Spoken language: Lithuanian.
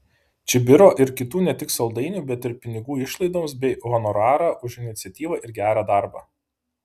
čibiro ir kitų ne tik saldainių bet ir pinigų išlaidoms bei honorarą už iniciatyvą ir gerą darbą